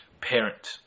Parent